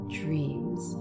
dreams